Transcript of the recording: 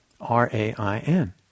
R-A-I-N